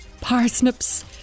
Parsnips